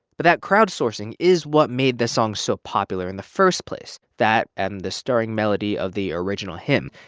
but that crowdsourcing is what made the song so popular in the first place that and the stirring melody of the original hymn.